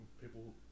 people